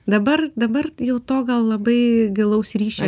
dabar dabar jau to gal labai gilaus ryšio